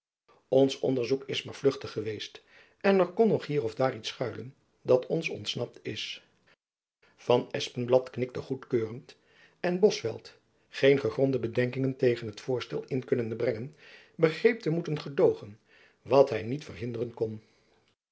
ons onderzoek is maar vluchtig geweest en er kon nog hier of daar iets schuilen dat ons ontsnapt is van espenblad knikte goedkeurend en bosveldt geen gegronde bedenking tegen het voorstel in kunnende brengen begreep te moeten gedoogen wat hy niet verhinderen kon